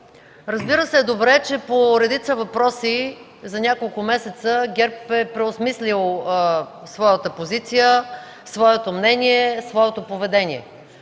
разбира се, е добре, че по редица въпроси за няколко месеца ГЕРБ е преосмислил своята позиция, своето мнение, своето поведение,